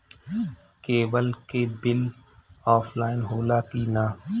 Cable के bill offline होला कि ना?